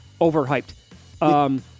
overhyped